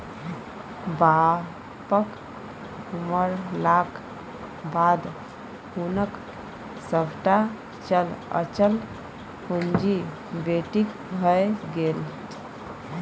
बापक मरलाक बाद हुनक सभटा चल अचल पुंजी बेटीक भए गेल